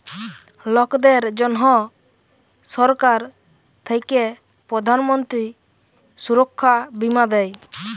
লকদের জনহ সরকার থাক্যে প্রধান মন্ত্রী সুরক্ষা বীমা দেয়